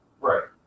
right